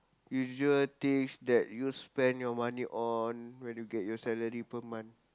usual things that you spend your money on when you get your salary per month